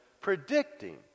predicting